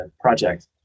project